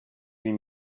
huit